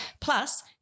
Plus